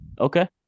Okay